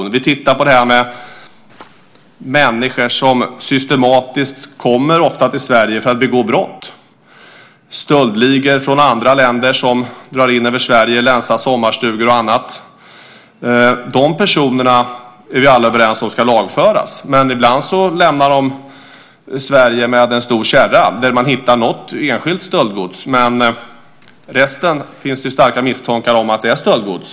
Bland annat tittar vi på problemet med de människor som kommer till Sverige för att systematiskt begå brott. Stöldligor från andra länder drar in över Sverige och länsar sommarstugor och annat. Vi är alla överens om att dessa personer ska lagföras. Ibland lämnar de Sverige med en stor kärra där man hittar några enskilda saker som man vet är stöldgods, samtidigt som det finns starka misstankar om att även de övriga sakerna är stöldgods.